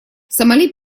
сомали